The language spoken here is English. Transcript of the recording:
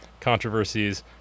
controversies